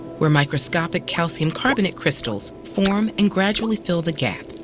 where microscopic calcium carbonate crystals form and gradually fill the gap.